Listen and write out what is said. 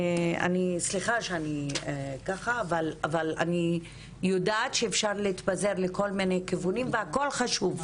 סליחה שאני ככה אבל אני יודעת שאפשר להתפזר לכל מיני כיוונים והכל חשוב,